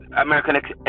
American